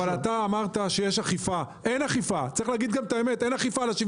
אתה אמרת שיש אכיפה; צריך להגיד את האמת אין אכיפה על 75